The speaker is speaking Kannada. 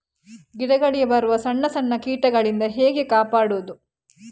ಗಿಡಗಳಿಗೆ ಬರುವ ಸಣ್ಣ ಸಣ್ಣ ಕೀಟಗಳಿಂದ ಹೇಗೆ ಕಾಪಾಡುವುದು?